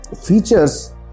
features